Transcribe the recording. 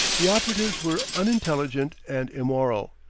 the operatives were unintelligent and immoral,